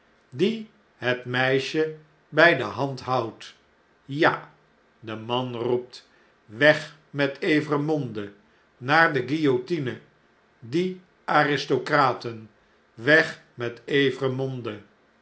die het meisje bjj de hand houdt ja de man roept weg met evremonde naar de guillotine die aristocraten weg met evremonde